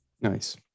Nice